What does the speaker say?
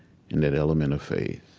and that element of faith.